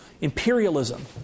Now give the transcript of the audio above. imperialism